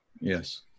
Yes